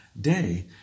day